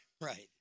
Right